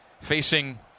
facing